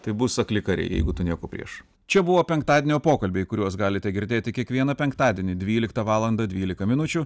tai bus akli kariai jeigu tu nieko prieš čia buvo penktadienio pokalbiai kuriuos galite girdėti kiekvieną penktadienį dvyliktą valandą dvylika minučių